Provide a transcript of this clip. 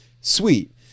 sweet